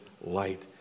light